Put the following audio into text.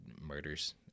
murders